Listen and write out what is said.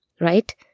right